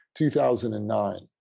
2009